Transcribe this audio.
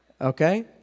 Okay